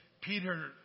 Peter